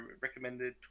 recommended